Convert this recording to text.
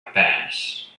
past